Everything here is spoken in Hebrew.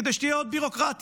כדי שתהיה עוד ביורוקרטיה.